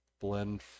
blend